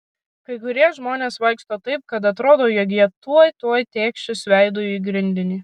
kai kurie žmonės vaikšto taip kad atrodo jog jie tuoj tuoj tėkšis veidu į grindinį